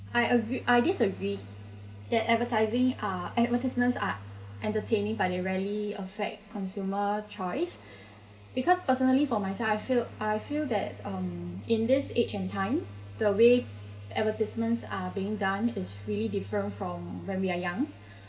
I agre~ I disagree that advertising are advertisements are entertaining but it really affect consumer choice because personally for myself I feel I feel that um in this age and time the way advertisements are being done is really different from when we are young